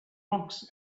rocks